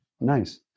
Nice